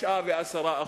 9% ו-10%.